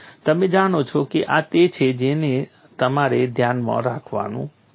તમે જાણો છો કે આ તે છે જેને તમારે ધ્યાનમાં રાખવાનું છે